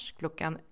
klockan